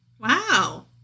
wow